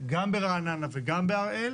גם ברעננה וגם באריאל